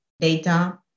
data